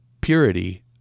purity